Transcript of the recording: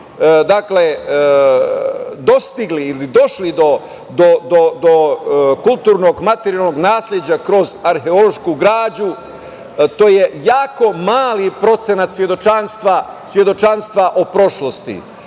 dakle, dostigli ili došli do kulturnog i materijalnog nasleđa kroz arheološku građu, to je jako mali procenat svedočanstva o prošlosti